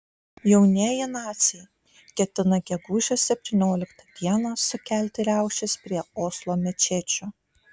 jaunieji naciai ketina gegužės septynioliktą dieną sukelti riaušes prie oslo mečečių